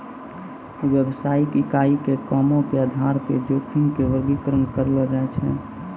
व्यवसायिक इकाई के कामो के आधार पे जोखिम के वर्गीकरण करलो जाय छै